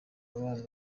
mubano